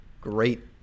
great